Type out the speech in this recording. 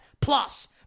plus